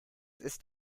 ist